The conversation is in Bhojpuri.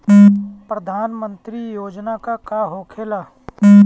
प्रधानमंत्री योजना का होखेला?